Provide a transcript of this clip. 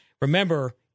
Remember